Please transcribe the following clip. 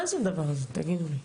מה הדבר הזה, תגידו לי.